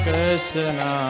Krishna